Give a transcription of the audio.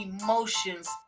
emotions